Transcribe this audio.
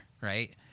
right